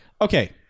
okay